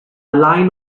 line